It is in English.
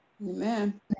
Amen